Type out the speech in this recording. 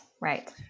Right